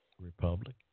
republic